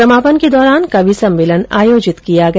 समापन के दौरान कवि सम्मेलन आयोजित किया गया